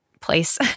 place